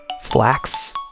flax